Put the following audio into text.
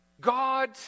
God